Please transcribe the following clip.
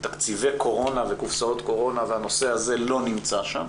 תקציבי קורונה וקופסאות קורונה והנושא הזה לא נמצא שם.